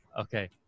Okay